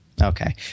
Okay